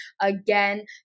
again